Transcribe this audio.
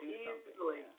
easily